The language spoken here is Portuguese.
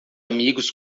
amigos